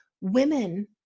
women